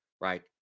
right